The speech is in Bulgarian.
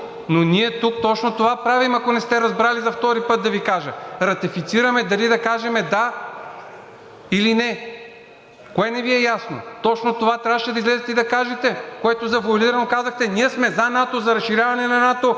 Но ние тук точно това правим, ако не сте разбрали, за втори път да Ви кажа: ратифицираме дали да кажем да или не. Кое не Ви е ясно? Точно това трябваше да излезете и да кажете, което завоалирано казахте: „Ние сме за НАТО, за разширяване на НАТО,